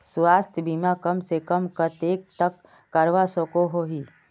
स्वास्थ्य बीमा कम से कम कतेक तक करवा सकोहो ही?